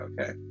okay